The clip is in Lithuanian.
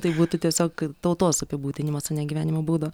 tai būtų tiesiog tautos apibūdinimas o ne gyvenimo būdo